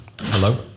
Hello